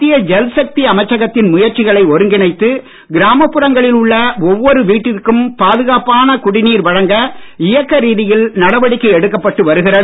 மத்திய ஜல் சக்தி அமைச்சகத்தின் முயற்சிகளை ஒருங்கிணைத்து கிராமப்புறங்களில் உள்ள ஒவ்வொரு வீட்டிற்கும் பாதுகாப்பான குடிநீர் வழங்க இயக்க ரீதியில் நடவடிக்கை எடுக்கப்பட்டு வருகிறது